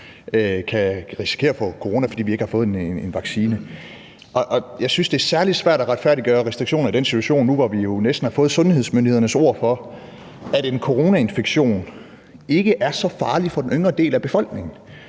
kan risikere at få corona, fordi vi ikke har fået en vaccine. Og jeg synes, det er særlig svært at retfærdiggøre restriktioner i den situation, der er nu, hvor vi jo næsten har fået sundhedsmyndighedernes ord for, at en coronainfektion ikke er så farlig for den yngre del af befolkningen.